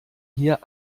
hier